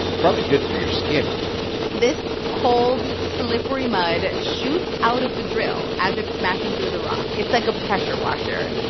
probably good for your skin this cold, slippery mud shoots out of the drill as it's smashing through the rock. it's like a pressure washer.